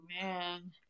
man